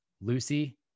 Lucy